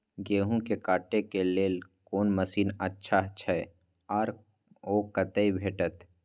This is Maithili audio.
गेहूं के काटे के लेल कोन मसीन अच्छा छै आर ओ कतय भेटत?